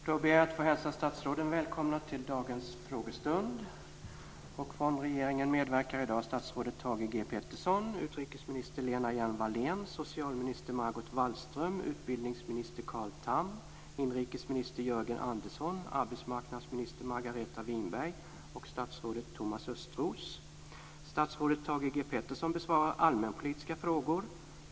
Jag ber att få hälsa statsråden välkomna till dagens frågestund. Från regeringen medverkar i dag statsrådet Thage G Peterson, utrikesminister Lena Hjelm Peterson besvarar allmänpolitiska frågor.